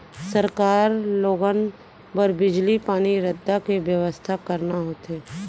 सरकार ल लोगन बर बिजली, पानी, रद्दा के बेवस्था करना होथे